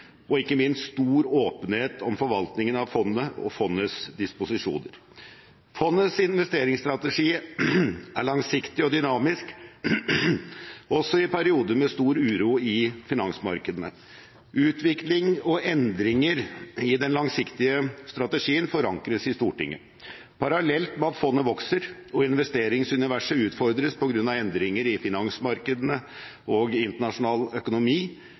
og ikke minst stor åpenhet om forvaltningen av fondet og fondets disposisjoner. Fondets investeringsstrategi er langsiktig og dynamisk, også i perioder med stor uro i finansmarkedene. Utvikling og endringer i den langsiktige strategien forankres i Stortinget. Parallelt med at fondet vokser og investeringsuniverset utfordres på grunn av endringer i finansmarkedene og internasjonal økonomi,